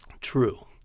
True